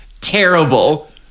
terrible